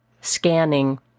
Scanning